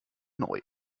neu